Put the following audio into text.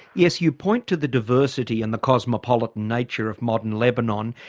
yes, you point to the diversity and the cosmopolitan nature of modern lebanon.